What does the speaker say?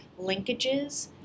linkages